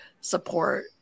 support